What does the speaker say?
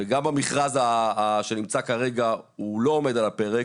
וגם במכרז שנמצא כרגע הוא לא עומד על הפרק,